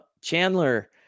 Chandler